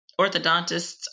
orthodontists